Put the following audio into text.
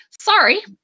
Sorry